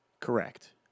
Correct